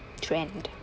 trend